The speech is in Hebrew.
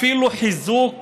אפילו לחיזוק